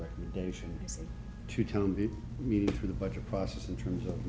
recommendation to tell the media through the budget process in terms of